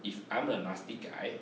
if I'm a nasty guy